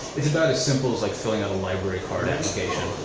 it's about as simple as like filling out a library card application.